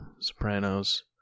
Sopranos